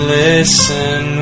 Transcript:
listen